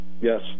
Yes